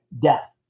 Death